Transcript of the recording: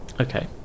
Okay